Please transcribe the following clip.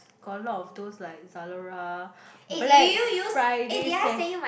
got a lot of those like Zalora Black Friday sales